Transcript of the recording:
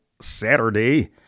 Saturday